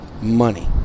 money